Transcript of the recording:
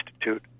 Institute